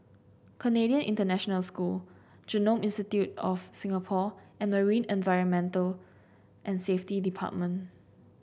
Canadian International School Genome Institute of Singapore and Marine Environment and Safety Department